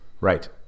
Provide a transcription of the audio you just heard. Right